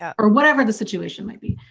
ah or whatever the situation might be.